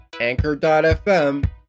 anchor.fm